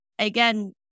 Again